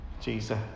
Jesus